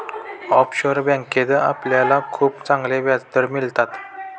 offshore बँकेत आपल्याला खूप चांगले व्याजदर मिळतात